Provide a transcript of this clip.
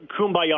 kumbaya